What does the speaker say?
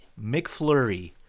McFlurry